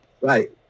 Right